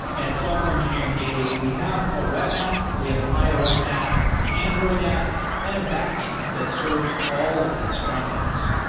at software engineering daily, we have a web, we have an ios app, an android app and a backend that serves all of these frontends.